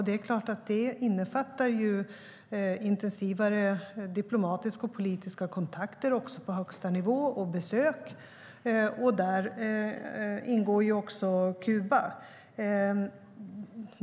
Det är klart att detta innefattar intensivare diplomatiska och politiska kontakter också på högsta nivå samt besök. Där ingår även Kuba.